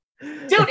dude